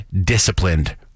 disciplined